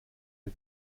der